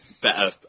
better